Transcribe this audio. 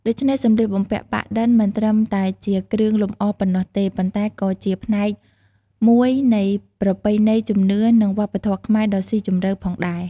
ដូច្នេះ សម្លៀកបំពាក់ប៉ាក់-ឌិន មិនត្រឹមតែជាគ្រឿងលម្អប៉ុណ្ណោះទេ ប៉ុន្តែក៏ជាផ្នែកមួយនៃប្រពៃណីជំនឿ និងវប្បធម៌ខ្មែរដ៏ស៊ីជម្រៅផងដែរ។